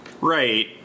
Right